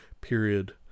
period